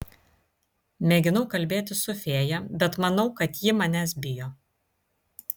mėginau kalbėtis su fėja bet matau kad ji manęs bijo